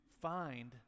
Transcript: find